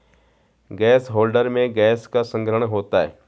gas holder में gas का संग्रहण होता है